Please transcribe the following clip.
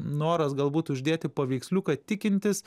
noras galbūt uždėti paveiksliuką tikintis